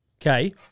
Okay